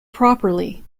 properly